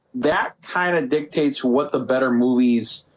that kind of dictates what the better movies